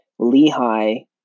Lehi